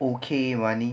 okay money